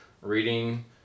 reading